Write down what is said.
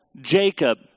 Jacob